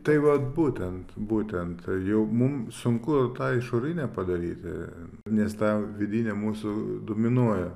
tai vat būtent būtent jau mum sunku tą išorinę padaryti nes ta vidinė mūsų dominuoja